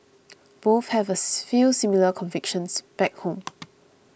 both have as few similar convictions back home